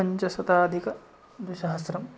पञ्चशताधिकद्विसहस्रम्